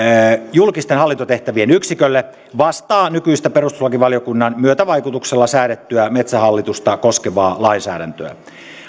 julkisten hallintotehtävien yksikölle vastaa nykyistä perustuslakivaliokunnan myötävaikutuksella säädettyä metsähallitusta koskevaa lainsäädäntöä